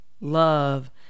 love